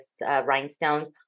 rhinestones